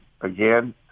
again